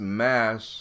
mass